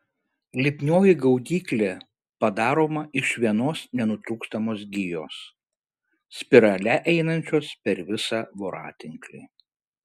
lipnioji gaudyklė padaroma iš vienos nenutrūkstamos gijos spirale einančios per visą voratinklį